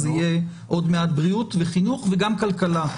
זה יהיה עוד מעט בריאות וחינוך וגם כלכלה,